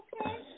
Okay